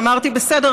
ואמרתי: בסדר,